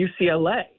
UCLA